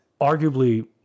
arguably—